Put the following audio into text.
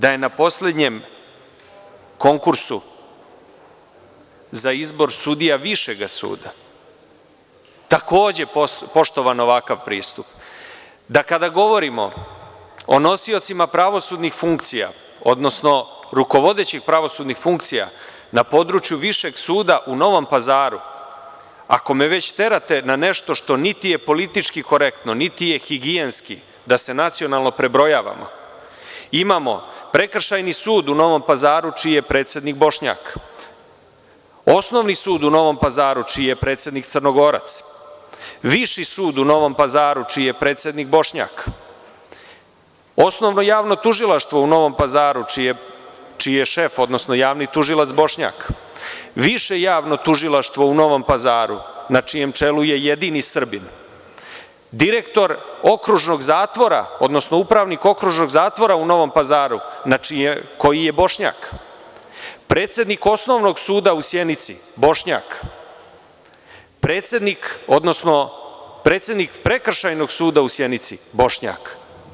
Da je na poslednjem konkursu za izbor sudija Višega suda, takođe poštovan ovakav pristup, da kada govorimo o nosiocima pravosudnih funkcija, odnosno rukovodećih pravosudnih funkcija na području Višeg suda u Novom Pazaru, ako me već terate na nešto što niti je politički korektno, niti je higijenski da se nacionalno prebrojavamo, imamo Prekršajni sud u Novom Pazaru, čiji je predsednik Bošnjak, Osnovni sud u Novom Pazaru, čiji je predsednik Crnogorac, Viši sud u Novom Pazaru, čiji je predsednik Bošnjak, Osnovno javno tužilaštvo u Novom Pazaru, čiji je šef, odnosno javni tužilac Bošnjak, Više javno tužilaštvo u Novom Pazaru na čijem čelu je jedini Srbin, direktor Okružnog zatvora, odnosno upravnik Okružnog zatvora u Novom Pazaru, koji je Bošnjak, predsednik Osnovnog suda u Sjenici, Bošnjak, predsednik Prekršajnog suda u Sjenici, Bošnjak.